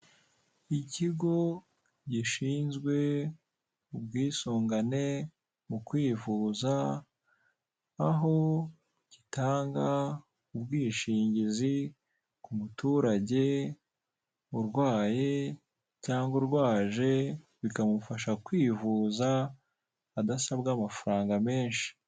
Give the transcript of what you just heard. Ikigo gishinzwe ubwisungane mu kwivuza, aho gitanga ubwishingizi ku muturage urwaye cyangwa urwaje bikamufasha kwivuza adasabwe amafaranga menshi.